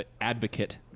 advocate